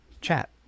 chat